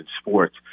sports